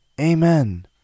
Amen